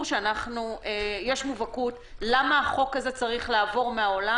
שיש מובהקות למה החוק הזה צריך לעבור מהעולם.